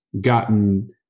gotten